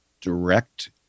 direct